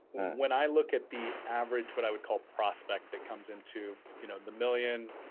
when i look at the average what i would call prospect that comes into you know the million,